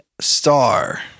star